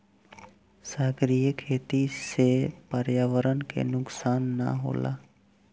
सागरीय खेती से पर्यावरण के नुकसान ना होला